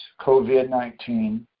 COVID-19